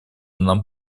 нам